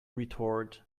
retort